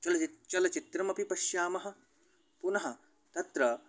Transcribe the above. चलच्चित्रं चलच्चित्रमपि पश्यामः पुनः तत्र